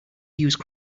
used